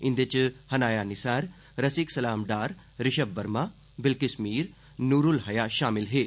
इन्दे च हनाया निसार रसीक सलाम डार रिशव वर्मा बिलकिस मीर नूरुल हाया शामल हे